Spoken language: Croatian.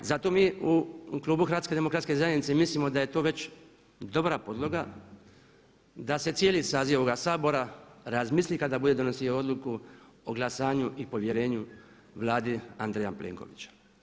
Zato mi u klubu HDZ-a mislimo da je to već dobra podloga da se cijeli saziv ovoga Sabora razmisli kada bude donosio odluku o glasanju i povjerenju Vladi Andreja Plenkovića.